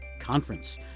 Conference